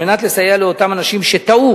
כדי לסייע לאותם אנשים שטעו